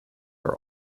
are